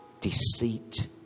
deceit